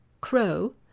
crow